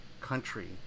country